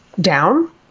down